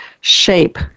shape